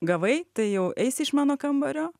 gavai tai jau eisi iš mano kambario